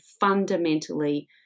fundamentally